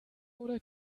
oder